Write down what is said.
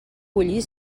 bullir